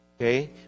Okay